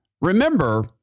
remember